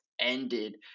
ended